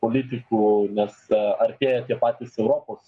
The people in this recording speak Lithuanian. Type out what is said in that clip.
politikų nes artėja tie patys europos